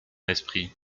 esprit